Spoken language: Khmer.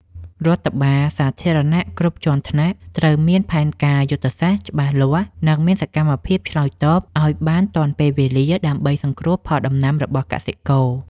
រដ្ឋបាលសាធារណៈគ្រប់ជាន់ថ្នាក់ត្រូវមានផែនការយុទ្ធសាស្ត្រច្បាស់លាស់ និងមានសកម្មភាពឆ្លើយតបឱ្យបានទាន់ពេលវេលាដើម្បីសង្គ្រោះផលដំណាំរបស់កសិករ។